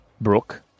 Brooke